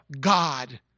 God